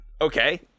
Okay